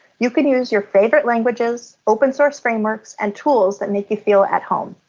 you can use your favorite languages, open-source frameworks, and tools that make you feel at home.